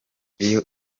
iyo